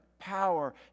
power